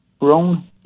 wrong